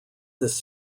this